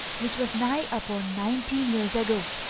which was nigh upon nineteen years ago.